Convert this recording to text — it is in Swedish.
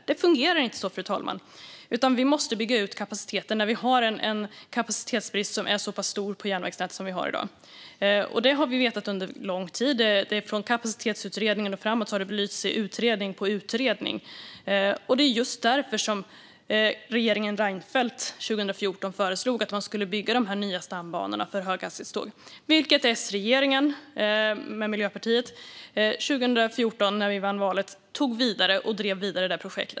Det fungerar inte så, fru talman, utan vi måste bygga ut kapaciteten när vi har en kapacitetsbrist i järnvägsnätet som är så stor som i dag. Detta har vi vetat under lång tid; från Kapacitetsutredningen och framåt har det belysts i utredning på utredning. Det var just därför regeringen Reinfeldt 2014 föreslog att man skulle bygga de här nya stambanorna för höghastighetståg. När S-regeringen, med Miljöpartiet, vann valet 2014 tog vi detta projekt och drev det vidare.